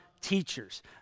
teachers